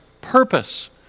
purpose